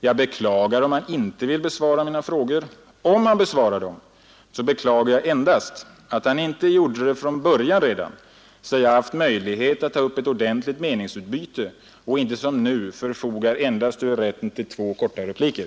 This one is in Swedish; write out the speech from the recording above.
Jag beklagar om han inte vill besvara mina frågor. Om han besvarar dem, beklagar jag endast att han inte gjorde det redan från början så att jag haft möjlighet att ta upp ett ordentligt meningsutbyte och inte som nu endast förfogar över rätten till två korta repliker.